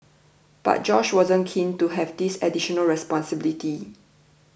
but Josh wasn't keen to have this additional responsibility